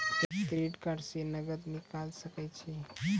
Credit card से नगद निकाल सके छी?